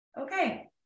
Okay